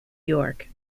york